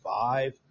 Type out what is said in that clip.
five